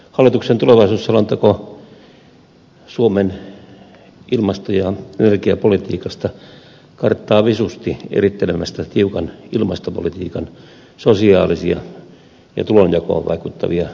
hallituksen tulevaisuusselonteko suomen ilmasto ja energiapolitiikasta karttaa visusti erittelemästä tiukan ilmastopolitiikan sosiaalisia ja tulonjakoon vaikuttavia seurauksia